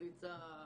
ריצה,